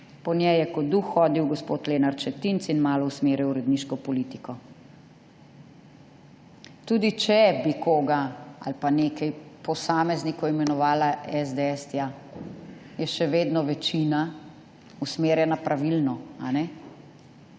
Po njej je kot duh hodil gospod Lenart Šetinc in malo usmerjal uredniško politiko.« Tudi če bi koga ali pa nekaj posameznikov imenovala SDS tja, je še vedno večina usmerjena pravilno in